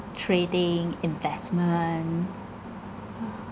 trading investment